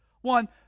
One